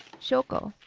shoko,